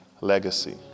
legacy